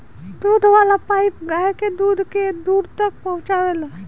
दूध वाला पाइप गाय के दूध के दूर तक पहुचावेला